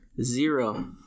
Zero